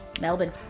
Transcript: Melbourne